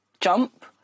jump